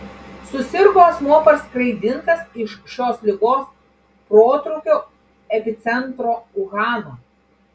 susirgo asmuo parskraidintas iš šios ligos protrūkio epicentro uhano